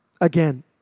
again